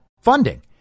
funding